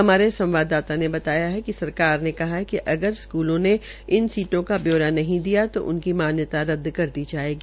हमारे संवाददाता ने बताया है कि सरकार ने कहा है कि अगार स्कूलों ने इन सीटों का ब्यौरा नहीं दिया तो उनकी मान्यता रद्द कर दी जायेगी